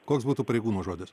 koks būtų pareigūno žodis